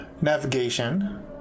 Navigation